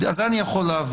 את זה אני יכול להבין.